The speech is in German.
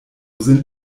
sind